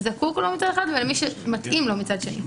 זקוק לו מצד אחד ומצד שני למי שמתאים לו.